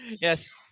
Yes